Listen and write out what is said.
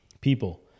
People